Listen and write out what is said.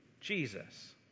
Jesus